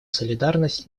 солидарность